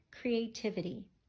creativity